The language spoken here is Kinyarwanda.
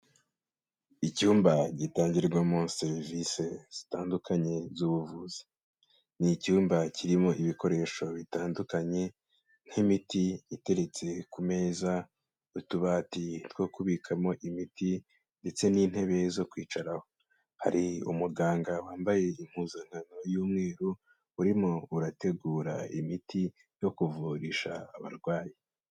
Icyumba gitangirwamo serivisi zitandukanye z'ubuvuzi. Ni icyumba kirimo ibikoresho bitandukanye nk'imiti iteretse ku meza, utubati two kubikamo imiti ndetse n'intebe zo kwicaraho. Hari umuganga wambaye impuzankano y'umweru urimo urategura imiti yo kuvurisha abarwayi.